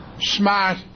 smart